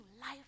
life